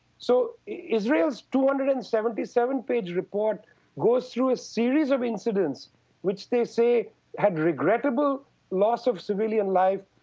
so israel's two hundred and seventy seven page report goes through a series of incidents which they say had regrettable loss of civilian life,